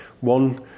One